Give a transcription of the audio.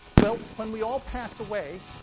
well, when we all pass away,